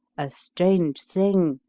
a strange thing!